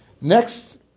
Next